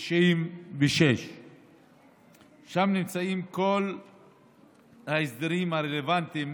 התשנ"ו 1996. שם נמצאים כל ההסדרים הרלוונטיים,